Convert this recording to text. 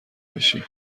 بشی